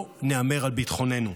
לא נהמר על ביטחוננו.